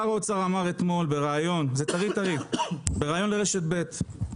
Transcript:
שר האוצר אמר, טרי-טרי מאתמול, בראיון לרשת ב':